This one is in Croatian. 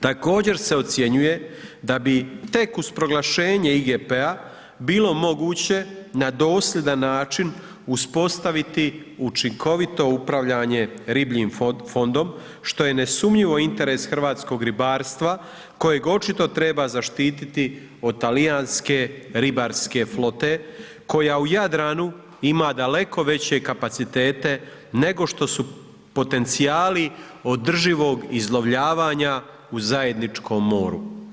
Također se ocjenjuje da bi tek uz proglašenje IGP-a bilo moguće na dosljedan način uspostaviti učinkovito upravljanje ribljim fondom što je nesumnjivo interes hrvatskog ribarstva kojeg očito treba zaštititi od talijanske ribarske flote, koja u Jadranu ima daleko veće kapacitete nego što su potencijali održivog izlovljavanja u zajedničkom moru.